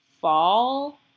fall